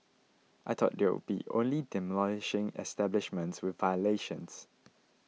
I thought they'll be only demolishing establishments with violations